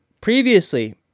previously